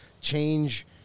change